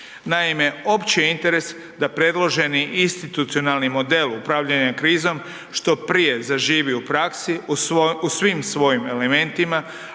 Naime, opći je interes da predloženi institucionalni model upravljanja krizom što prije zaživi u praksi u svim svojim elementima,